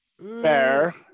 Fair